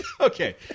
Okay